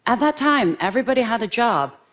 ah that time, everybody had a job,